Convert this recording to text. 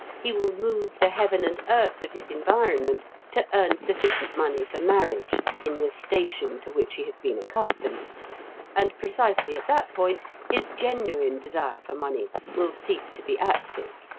he will move the heaven and earth of his environment to earn sufficient money for marriage in the station to which he has been accustomed and precisely at that point his genuine desire for money will cease to be active.